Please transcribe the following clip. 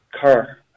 car